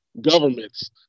governments